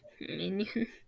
Minion